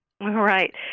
Right